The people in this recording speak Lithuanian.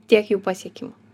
tiek jų pasiekimą